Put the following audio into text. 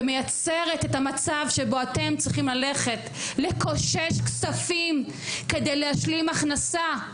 ומייצרת את המצב שבו אתם צריכים ללכת לקושש כספים כדי להשלים הכנסה,